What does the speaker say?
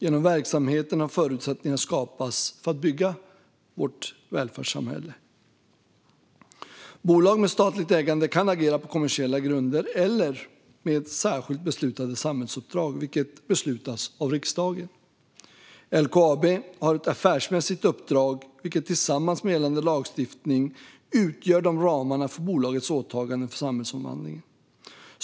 Genom verksamheten har förutsättningar skapats för att bygga vårt välfärdssamhälle. Bolag med statligt ägande kan agera på kommersiella grunder eller ha särskilt beslutade samhällsuppdrag, vilka beslutas av riksdagen. LKAB har ett affärsmässigt uppdrag, vilket tillsammans med gällande lagstiftning utgör ramarna för bolagets åtaganden för samhällsomvandlingen.